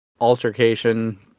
altercation